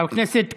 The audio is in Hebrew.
חבר הכנסת קיש.